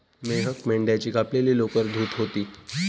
मेहक मेंढ्याची कापलेली लोकर धुत होती